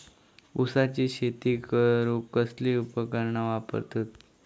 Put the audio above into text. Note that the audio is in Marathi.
ऊसाची शेती करूक कसली उपकरणा वापरतत?